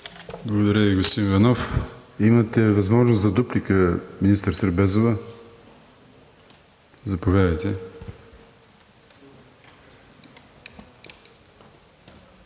Благодаря Ви, господин Иванов. Имате възможност за дуплика, министър Сербезова. Заповядайте.